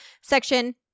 section